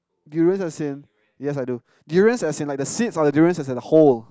durians I think yes I do durians as in like the seeds or durians as the whole